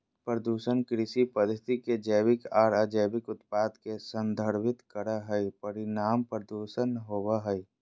प्रदूषण कृषि पद्धति के जैविक आर अजैविक उत्पाद के संदर्भित करई हई, परिणाम प्रदूषण होवई हई